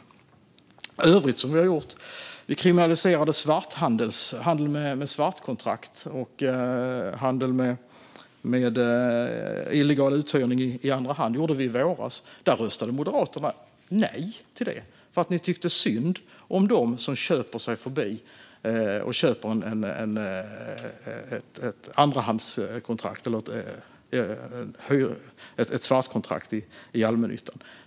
Bland övrigt som vi har gjort kan nämnas att vi kriminaliserade handel med svartkontrakt och handel med illegal uthyrning i andra hand. Det gjorde vi i våras. Moderaterna röstade nej för att ni tyckte synd om dem som köper sig förbi kön genom att köpa ett svartkontrakt i allmännyttan.